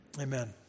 Amen